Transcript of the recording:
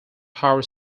power